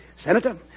Senator